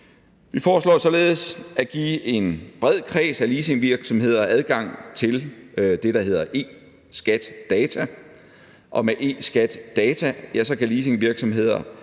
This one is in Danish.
Vi foreslår således at give en bred kreds af leasingvirksomheder adgang til det, der hedder eSkatData. Med eSkatData kan leasingvirksomheder få